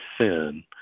sin